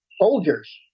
soldiers